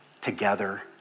together